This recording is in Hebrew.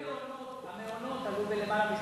רק המעונות עלו למעלה מ-30%.